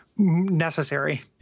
necessary